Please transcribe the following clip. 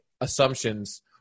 assumptions